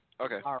Okay